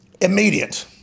Immediate